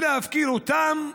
ולהפקיר אותם,